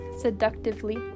seductively